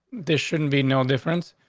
this shouldn't be no difference.